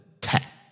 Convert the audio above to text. tech